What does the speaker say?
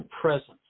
presence